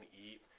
eat